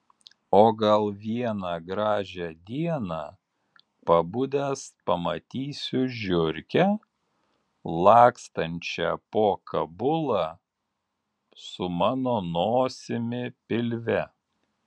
o gal vieną gražią dieną pabudęs pamatysiu žiurkę lakstančią po kabulą su mano nosimi pilve